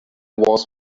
was